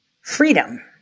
freedom